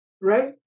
right